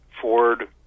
Ford